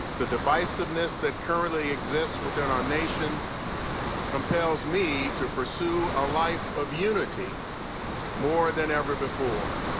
the divisiveness that currently exists within our nation compels me to pursue a life of unity more than ever before.